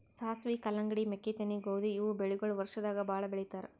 ಸಾಸ್ವಿ, ಕಲ್ಲಂಗಡಿ, ಮೆಕ್ಕಿತೆನಿ, ಗೋಧಿ ಇವ್ ಬೆಳಿಗೊಳ್ ವರ್ಷದಾಗ್ ಭಾಳ್ ಬೆಳಿತಾರ್